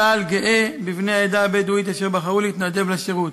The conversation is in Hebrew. צה"ל גאה בבני העדה הבדואית אשר בחרו להתנדב לשירות.